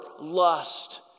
lust